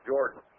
Jordan